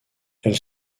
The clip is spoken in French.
elle